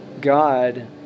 God